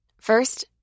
First